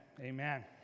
amen